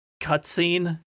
cutscene